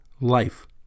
life